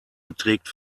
beträgt